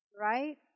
right